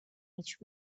each